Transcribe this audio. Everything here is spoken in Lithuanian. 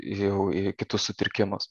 jau į kitus sutrikimus